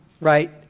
right